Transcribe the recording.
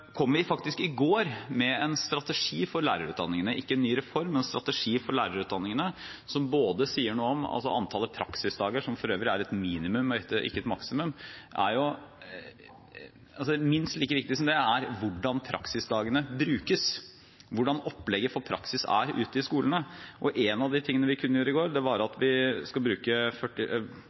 vi faktisk i går med en strategi for lærerutdanningene, ikke en ny reform, men en strategi for lærerutdanningene, som bl.a. sier noe om antall praksisdager – som for øvrig er et minimum og ikke et maksimum. Minst like viktig er hvordan praksisdagene brukes, hvordan opplegget for praksis er ute i skolene. En av tingene vi kunngjorde i går, var at vi skal bruke